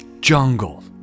Jungle